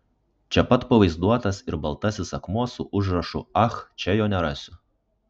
čia pat pavaizduotas ir baltasis akmuo su užrašu ach čia jo nerasiu